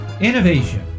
Innovation